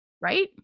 right